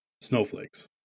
snowflakes